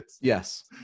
yes